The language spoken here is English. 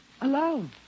Alone